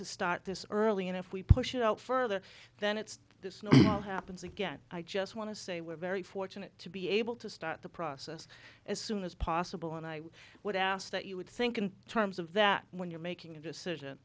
to start this early and if we push it out further then it's this happens again i just want to say we're very fortunate to be able to start the process as soon as possible and i would ask that you would think in terms of that when you're making a decision